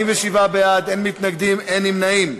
47 בעד, אין מתנגדים, אין נמנעים.